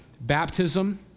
baptism